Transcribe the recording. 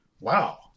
wow